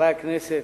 חברי הכנסת,